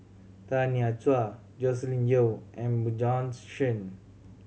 Tanya Chua Joscelin Yeo and Bjorn's Shen